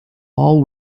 all